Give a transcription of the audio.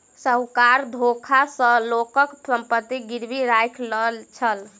साहूकार धोखा सॅ लोकक संपत्ति गिरवी राइख लय छल